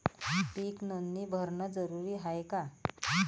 पीक नोंदनी भरनं जरूरी हाये का?